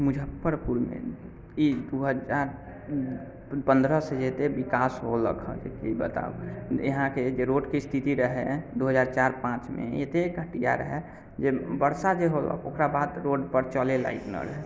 मुजफ्फरपुरमे ई दू हजार पन्द्रह से जे एते विकास होलक से अहाँकेँ की बताबु यहाँके जे रोडके स्थिति जे रहै दू हजार चारि पाँचमे एतेक घटिआ रहै जे बरसा जे होलक ओकर बाद रोड पर चलै लायक नहि रहै